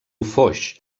foix